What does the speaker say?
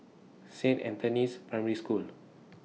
Saint Anthony's Primary School